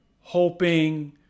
hoping